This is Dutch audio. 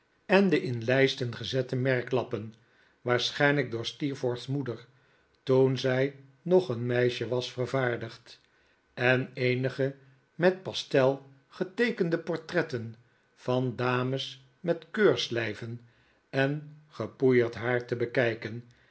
en de in lijsten gezette merklappen waarschijnlijk door steerforths moeder toen zij nog een meisje was vervaardigd en eenige met pastel geteekende portretten van dames met keurslijven en i